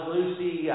Lucy